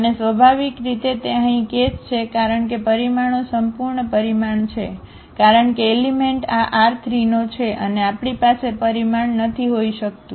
અને સ્વાભાવિક રીતે તે અહીં કેસ છે કારણ કે પરિમાણો સંપૂર્ણ પરિમાણ છે કારણ કે એલિમેન્ટ આR3 નો છે અને આપણી પાસે પરિમાણ નથી હોઈ શકતું